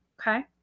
okay